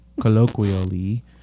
Colloquially